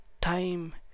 time